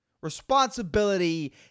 responsibility